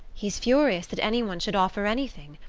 he's furious that any one should offer anything.